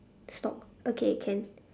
stalk okay can